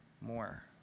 more